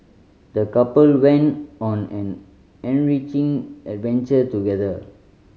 the couple went on an enriching adventure together